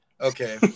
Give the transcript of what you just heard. okay